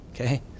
Okay